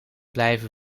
blijven